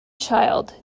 child